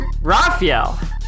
Raphael